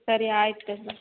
ಸರಿ ಆಯ್ತು ಕಣೆ